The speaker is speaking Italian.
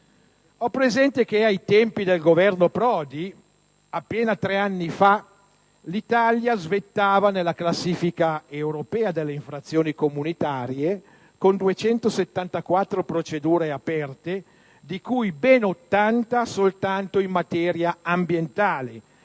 Ho presente che ai tempi del Governo Prodi, appena tre anni fa, l'Italia svettava nella classifica europea delle infrazioni comunitarie con 274 procedure aperte, di cui ben 80 soltanto in materia ambientale: